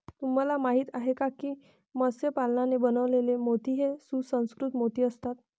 तुम्हाला माहिती आहे का की मत्स्य पालनाने बनवलेले मोती हे सुसंस्कृत मोती असतात